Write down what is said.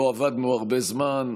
לא עבדנו הרבה זמן,